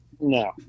No